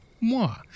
moi